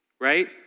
Right